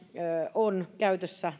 on käytössä